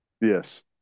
Yes